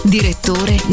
Direttore